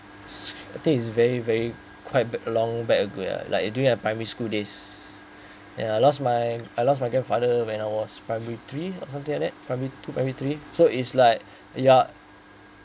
I think is very very quite along bad uh like during I primary school days ya I lost my I lost my grandfather when I was primary three or something like that primary two primary three so is like you're